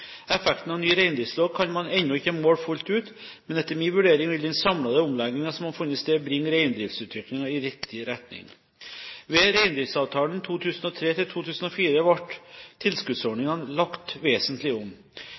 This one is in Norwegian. Effekten av ny reindriftslov kan man ennå ikke måle fullt ut, men etter min vurdering vil den samlede omleggingen som har funnet sted, bringe reindriftsutviklingen i riktig retning. Ved reindriftsavtalen 2003/2004 ble tilskuddsordningene lagt vesentlig om.